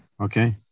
Okay